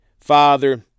Father